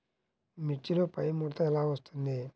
మిర్చిలో పైముడత ఎలా వస్తుంది?